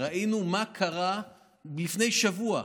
ראינו מה קרה לפני שבוע.